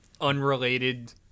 unrelated